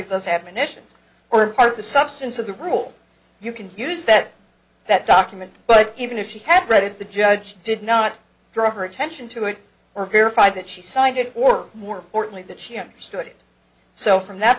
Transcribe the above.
issue or part the substance of the rule you can use that that document but even if she had read it the judge did not draw her attention to it or verified that she signed it or more importantly that she understood it so from that